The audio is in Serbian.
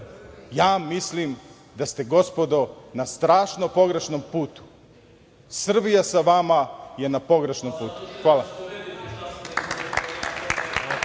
Americi. Mislim da ste, gospodo, na strašno pogrešnom putu. Srbija sa vama je na pogrešnom putu. Hvala.